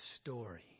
story